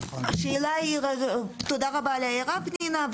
השאלה היא, תודה רבה על ההערה פנינה.